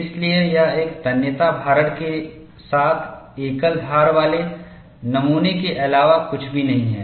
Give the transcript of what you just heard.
इसलिए यह एक तन्यता भारण के साथ एकल धार वाले नमूने के अलावा कुछ भी नहीं है